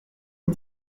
des